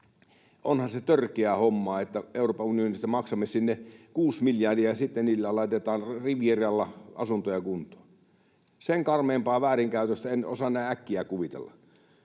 Onhan se törkeä homma, että Euroopan unioniin maksamme kuusi miljardia ja sitten niillä laitetaan Rivieralla asuntoja kuntoon. Sen karmeampaa väärinkäytöstä en osaa näin äkkiä kuvitella.